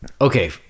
Okay